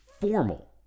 formal